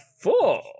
four